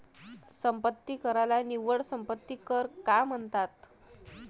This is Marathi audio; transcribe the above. संपत्ती कराला निव्वळ संपत्ती कर का म्हणतात?